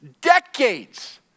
decades